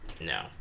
no